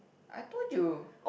I told you